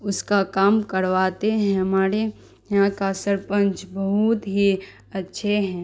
اس کا کام کرواتے ہیں ہمارے یہاں کا سرپنچ بہت ہی اچھے ہیں